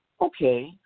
Okay